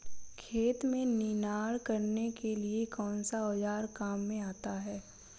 खेत में निनाण करने के लिए कौनसा औज़ार काम में आता है?